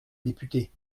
députée